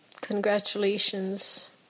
congratulations